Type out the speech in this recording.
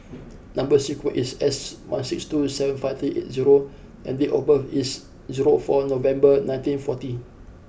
number sequence is S one six two seven five three eight zero and date of birth is zero four November nineteen forty